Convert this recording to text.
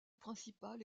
principale